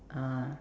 uh